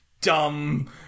dumb